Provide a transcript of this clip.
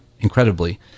incredibly